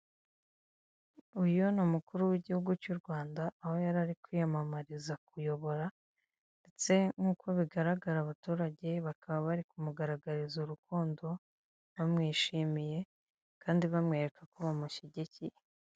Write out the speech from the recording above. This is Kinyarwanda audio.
Uyu n'umukuru w'igihugu cyu Rwanda, aho yari ari kwiyampamariza kuyobora ndetse nk'uko bigaragara abaturage bakaba bari kumugaragariza urukundo, bamwishimiye kandi bamwereka ko bamushyigikiye.